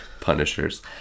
Punishers